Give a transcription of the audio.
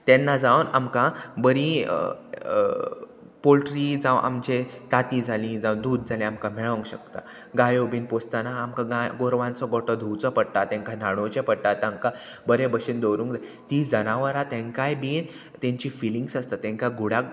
तेन्ना जावन आमकां बरी पोल्ट्री जावं आमचे ताती जाली जावं दूद जाली आमकां मेळोंक शकता गायो बीन पोसतना आमकां गाय गोरवांचो गोठो धुवचो पडटा तेंकां न्हाणोवचें पडटा तांकां बरें भशेन दवरूंक जाय तीं जनावरां तेंकाय बीन तेंची फिलिंग्स आसता तेंकां घुडाक